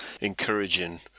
encouraging